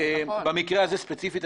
במקרה הזה ספציפית,